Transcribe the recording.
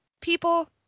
people